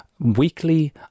weekly